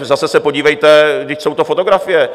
Zase se podívejte, vždyť jsou to fotografie.